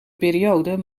periode